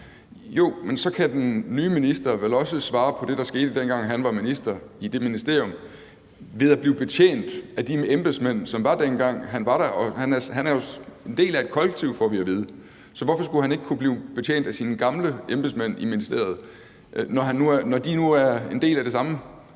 Jo, men så kan den nye minister vel også svare på det, der skete, dengang han var minister i det ministerium, ved at blive betjent af de embedsmænd, som var der, dengang han var der, for han er jo en del af et kollektiv, som vi får at vide. Så hvorfor skulle han ikke kunne blive betjent af sine tidligere embedsmænd i ministeriet, når de nu er en del af det samme